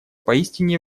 поистине